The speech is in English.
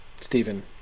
Stephen